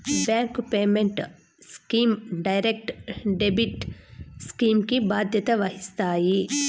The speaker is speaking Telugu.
bank payment schemes direct debit scheme కి బాధ్యత వహిస్తాయి